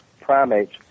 primates